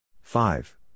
Five